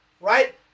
Right